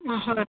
অঁ হয়